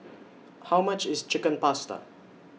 How much IS Chicken Pasta